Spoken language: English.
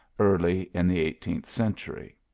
early in the eighteenth cen tury.